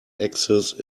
axis